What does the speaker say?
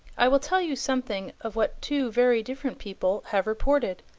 i will tell you something of what two very different people have reported,